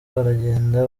baragenda